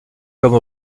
comme